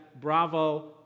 bravo